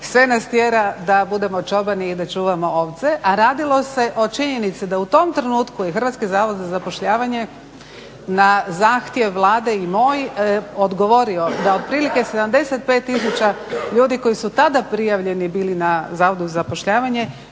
sve nas tjera da budemo čobani i da čuvamo ovce. A radilo se o činjenici da u tom trenutku je Hrvatski zavod za zapošljavanje na zahtjev Vlade i moj odgovorio da otprilike 75 tisuća ljudi koji su tada prijavljeni bili na Zavodu za zapošljavanje